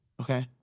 Okay